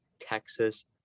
Texas